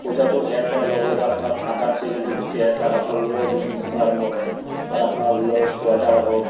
পূজাটো শেষ হোৱাৰ লগে লগে আপোনাৰ ঠাণ্ডাৰ ছিজনটো গুচি আহে তাত আপোনাৰ ঊলৰ বিজনেছটো আৰম্ভ হয় তাত আপোনাৰ ঊলৰ চুৱেটাৰ হওক